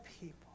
people